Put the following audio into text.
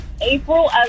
April